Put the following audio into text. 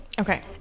okay